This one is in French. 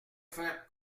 faire